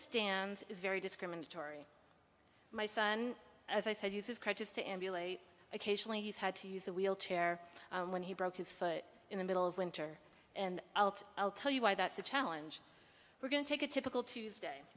stands is very discriminatory my son as i said uses crutches to emulate occasionally he's had to use a wheelchair when he broke his foot in the middle of winter and i'll tell you why that's a challenge we're going to take a typical tuesday